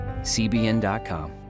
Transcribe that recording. CBN.com